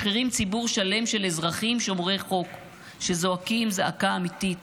משחירים ציבור שלם של אזרחים שומרי חוק שזועקים זעקה אמיתית,